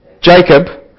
Jacob